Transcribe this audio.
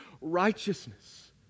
righteousness